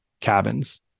cabins